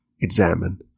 examine